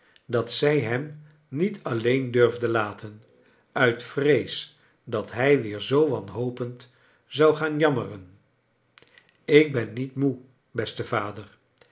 dat zij hem niet alleen durfde laten nit vrees dat hij weer zoo wanhopend zou jgaan jammeren ik ben niet moe beste vader